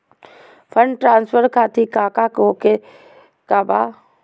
Fund transfer खातिर काका होखे का बा?